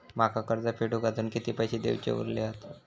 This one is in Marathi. माका कर्ज फेडूक आजुन किती पैशे देऊचे उरले हत?